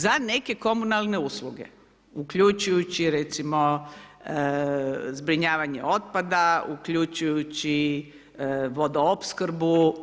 Za neke komunalne usluge, uključujući, recimo, zbrinjavanje otpada, uključujući vodoopskrbu.